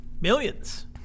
millions